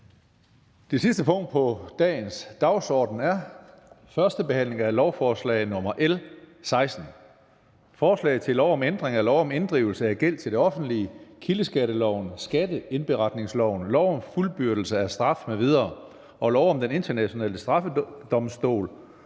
Det sidste punkt på dagsordenen er: 2) 1. behandling af lovforslag nr. L 16: Forslag til lov om ændring af lov om inddrivelse af gæld til det offentlige, kildeskatteloven, skatteindberetningsloven, lov om fuldbyrdelse af straf m.v. og lov om Den Internationale Straffedomstol